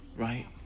right